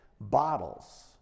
bottles